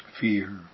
fear